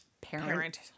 parent